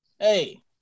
hey